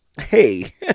hey